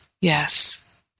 Yes